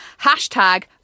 hashtag